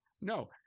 No